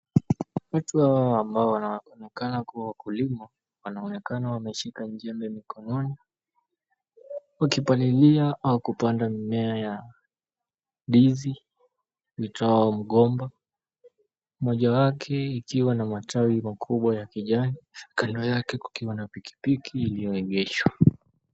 Watu hawa ambao wanaoonekana kuwa wakulima wanaonekana wameshika jembe mikononi wakipalilia au kupanda mimea ya ndizi, miti yao migomba. Moja yake ikiwa na matawi makubwa ya kijani kando yake kukiwa na pikipiki iliyoegeshwa.